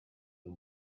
the